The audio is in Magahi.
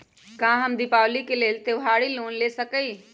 का हम दीपावली के लेल त्योहारी लोन ले सकई?